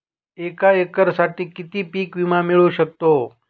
एका एकरसाठी किती पीक विमा मिळू शकतो?